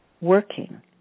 working